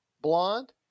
Blonde